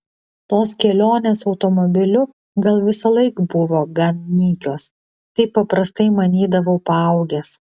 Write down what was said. tos kelionės automobiliu gal visąlaik buvo gan nykios taip paprastai manydavau paaugęs